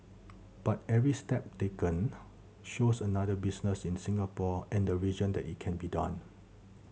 but every step taken shows another business in Singapore and the region that it can be done